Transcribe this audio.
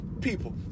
people